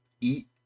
eat